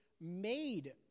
made